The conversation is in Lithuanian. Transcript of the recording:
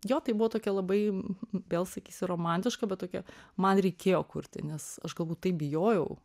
jo tai buvo tokia labai vėl sakysiu romantiška bet tokia man reikėjo kurti nes aš galbūt taip bijojau